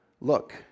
look